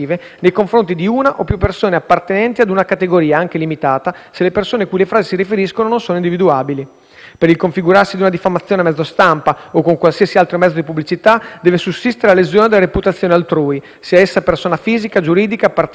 se le persone cui le frasi si riferiscono non sono individuabili. Per il configurarsi di una diffamazione a mezzo stampa o con qualsiasi altro mezzo di pubblicità, deve sussistere la lesione della reputazione altrui (sia essa persona fisica, giuridica, partito, gruppo, comitato, associazione), purché il soggetto offeso sia almeno individuabile.